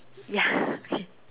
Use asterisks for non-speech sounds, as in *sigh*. ya *breath* okay